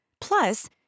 Plus